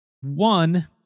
One